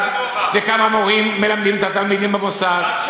וכמה מורים מלמדים את התלמידים במוסד.